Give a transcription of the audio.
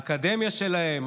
האקדמיה שלהם,